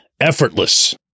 effortless